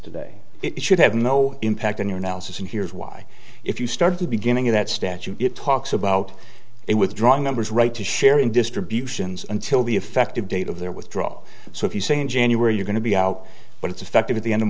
today it should have no impact on your analysis and here's why if you start the beginning of that statue it talks about it withdrawing numbers right to share in distributions until the effective date of their withdraw so if you say in january you're going to be out but it's affected at the end of